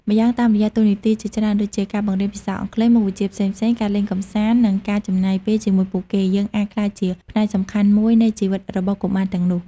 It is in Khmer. ម្យ៉ាងតាមរយៈតួនាទីជាច្រើនដូចជា ការបង្រៀនភាសាអង់គ្លេស មុខវិជ្ជាផ្សេងៗ ការលេងកម្សាន្ត និងការចំណាយពេលជាមួយពួកគេ យើងអាចក្លាយជាផ្នែកសំខាន់មួយនៃជីវិតរបស់កុមារទាំងនោះ។